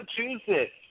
Massachusetts